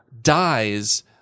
dies